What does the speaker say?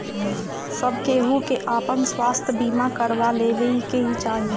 सब केहू के आपन स्वास्थ्य बीमा करवा लेवे के चाही